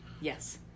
yes